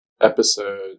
episode